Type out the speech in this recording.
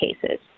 cases